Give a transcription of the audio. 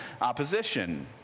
opposition